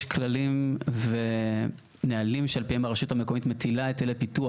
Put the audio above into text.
ישנם כללים והיטלים שעל פיהם הרשות המקומית מטילה היטלי פיתוח.